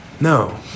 No